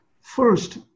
First